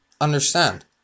understand